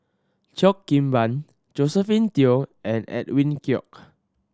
Cheo Kim Ban Josephine Teo and Edwin Koek